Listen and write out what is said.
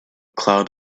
cloud